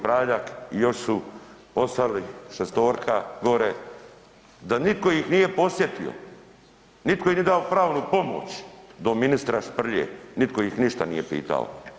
Praljak, još su ostali 6-orka gore da nitko ih nije posjetio, nitko im nije dao pravnu pomoć do ministra Šprlje nitko ih ništa nije pitao.